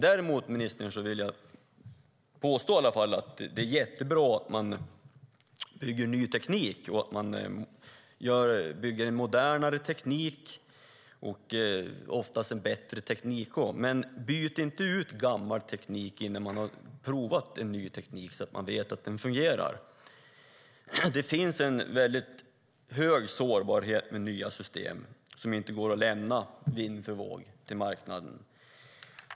Däremot, ministern, vill jag påstå att det är jättebra att man bygger ny, modernare och oftast bättre teknik. Men byt inte ut gammal teknik innan man har provat den nya tekniken och vet att den fungerar! Det finns en väldigt stor sårbarhet med nya system som inte går att lämna vind för våg till marknaden.